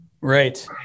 Right